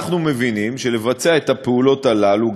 אנחנו מבינים שלבצע את הפעולות הללו,